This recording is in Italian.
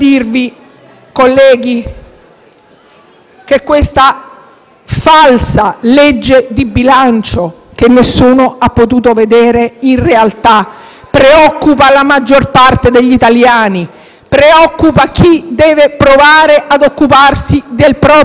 che questa falsa legge di bilancio, che nessuno ha potuto vedere, in realtà preoccupa la maggior parte degli italiani. Preoccupa chi deve provare a occuparsi del proprio futuro e del futuro dei propri figli.